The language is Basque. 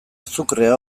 azukrea